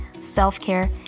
self-care